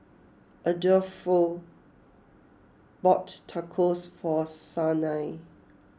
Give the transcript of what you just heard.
Adolfo bought Tacos for Sanai